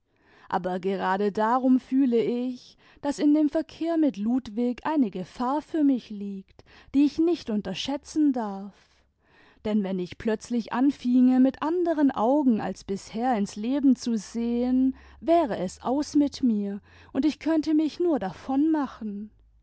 aber gerade darum fühle ich daß in dem verkehr mit ludwig eine gefahr für mich liegt die ich nicht unterschätzen darf denn wenn ich plötzlich anfinge mit anderen augen als bisher ins leben zu sehen wäre es aus mit mir und ich könnte mich nur davon machen